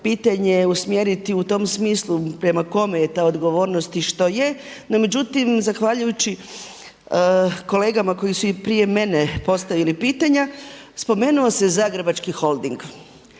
pitanje usmjeriti u tom smislu prema kome je ta odgovornost i što je. No međutim, zahvaljujući kolegama koji su i prije mene postavili pitanja, spomenuo se Zagrebački holding,